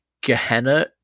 Gehenna